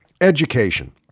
education